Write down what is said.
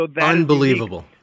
Unbelievable